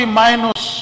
minus